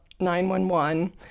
911